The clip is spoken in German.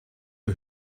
der